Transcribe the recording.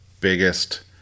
Biggest